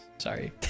Sorry